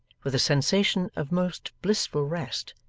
with a sensation of most blissful rest,